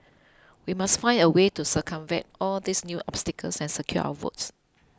we must find a way to circumvent all these new obstacles and secure our votes